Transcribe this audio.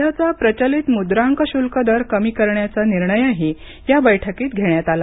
सध्याचा प्रचलित मुद्रांक शुल्क दर कमी करण्याचा निर्णयही या बैठकीत घेण्यात आला